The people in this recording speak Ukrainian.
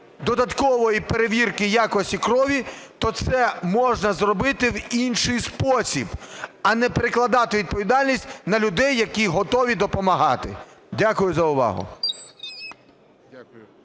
додаткової перевірки якості крові, то це можна зробити в інший спосіб, а не перекладати відповідальність на людей, які готові допомагати. Дякую за увагу.